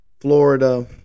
Florida